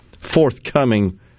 forthcoming